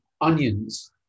onions